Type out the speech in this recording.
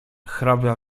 hrabia